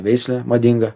veislė madinga